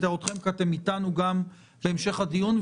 כי אתם איתנו גם בהמשך הדיון,